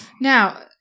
Now